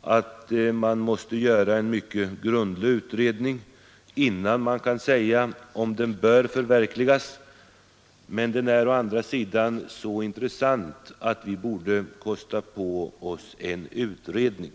att man måste göra en mycket grundlig utredning innan man kan säga om den bör förverkligas, men den är så intressant att vi borde kosta på oss en utredning.